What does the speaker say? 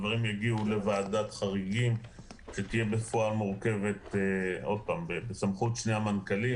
הדברים יגיעו לוועדת חריגים שתהיה בפועל מורכבת בסמכות שני המנכ"לים,